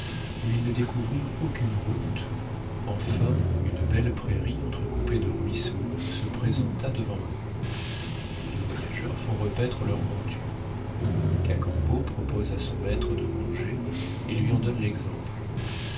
où ils ne découvrirent aucune route enfin une belle prairie entrecoupée de ruisseaux se présenta devant eux nos deux voyageurs font repaître leurs montures cacambo propose à son maître de manger et lui en donne l'exemple